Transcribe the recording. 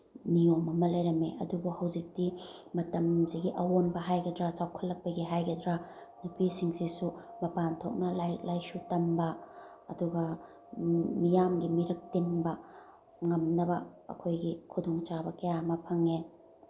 ꯅꯤꯌꯣꯝ ꯑꯃ ꯂꯩꯔꯝꯃꯦ ꯑꯗꯨꯕꯨ ꯍꯧꯖꯤꯛꯇꯤ ꯃꯇꯝꯁꯤꯒꯤ ꯑꯋꯣꯟꯕ ꯍꯥꯏꯒꯗ꯭ꯔꯥ ꯆꯥꯎꯈꯠꯂꯛꯄꯒꯤ ꯍꯥꯏꯒꯗ꯭ꯔꯥ ꯅꯨꯄꯤꯁꯤꯡꯁꯤꯁꯨ ꯃꯄꯥꯟ ꯊꯣꯛꯅ ꯂꯥꯏꯔꯤꯛ ꯂꯥꯏꯁꯨ ꯇꯝꯕ ꯑꯗꯨꯒ ꯃꯤꯌꯥꯝꯒꯤ ꯃꯤꯔꯛ ꯇꯤꯟꯕ ꯉꯝꯅꯕ ꯑꯩꯈꯣꯏꯒꯤ ꯈꯨꯗꯣꯡ ꯆꯥꯕ ꯀꯌꯥ ꯑꯃ ꯐꯪꯉꯦ